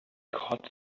cards